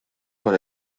put